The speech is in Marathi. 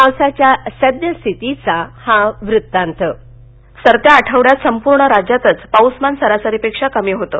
पावसाच्या सद्यस्थितीचा हा वृत्तांत व्हॉइस कास्ट सरत्या आठवड्यात संपूर्ण राज्यातच पाऊसमान सरासरीपेक्षा कमी होतं